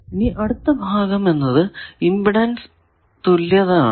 ഇനി അടുത്ത ഭാഗം എന്നത് ഇമ്പിഡൻസ് തുല്യത ആണ്